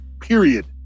period